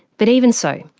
but even so,